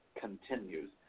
continues